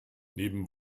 neben